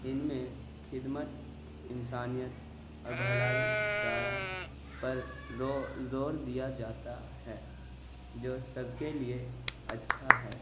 ان میں خدمت انسانیت اور بھلائی چارہ پر زور دیا جاتا ہے جو سب کے لیے اچھا ہے